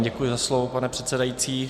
Děkuji za slovo, pane předsedající.